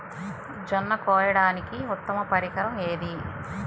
జొన్న కోయడానికి ఉత్తమ పరికరం ఏది?